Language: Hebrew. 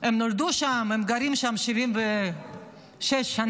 הם נולדו שם, הם גרים שם 76 שנה.